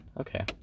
okay